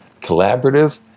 collaborative